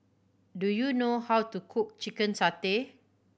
do you know how to cook chicken satay